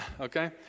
Okay